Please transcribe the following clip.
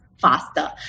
faster